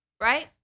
Right